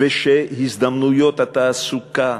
ושהזדמנויות התעסוקה,